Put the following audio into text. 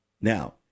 now